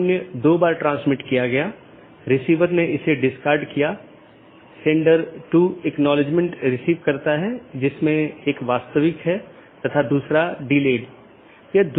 दूसरे अर्थ में जब मैं BGP डिवाइस को कॉन्फ़िगर कर रहा हूं मैं उस पॉलिसी को BGP में एम्बेड कर रहा हूं